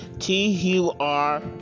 T-U-R